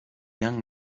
young